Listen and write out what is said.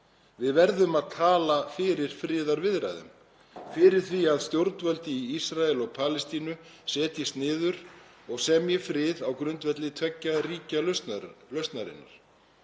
Við verðum að tala fyrir friðarviðræðum, fyrir því að stjórnvöld í Ísrael og Palestínu setjist niður og semji frið á grundvelli tveggja ríkja lausnarinnar,